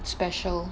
special